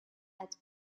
als